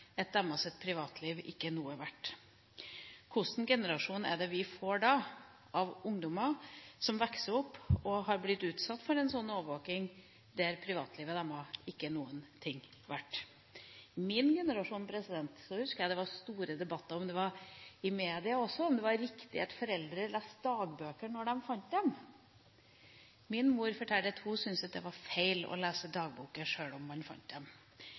deres privatliv ikke er noe verdt. Hva slags generasjon er det vi får da, når ungdommer som vokser opp, har blitt utsatt for en sånn overvåking, der privatlivet deres ikke er noe verdt? For min generasjon husker jeg det var store debatter – i media også – om det var riktig at foreldre leste dagbøker når de fant dem. Min mor fortalte at hun syntes det var feil å lese dagbøker, sjøl om man fant